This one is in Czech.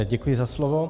Děkuji za slovo.